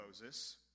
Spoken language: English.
Moses